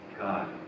God